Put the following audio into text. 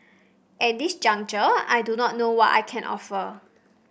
at this juncture I do not know what I can offer